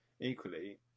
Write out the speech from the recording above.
Equally